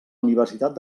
universitat